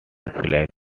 flakes